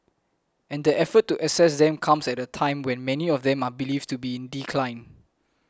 and the effort to assess them comes at a time when many of them are believed to be in decline